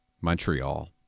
Montreal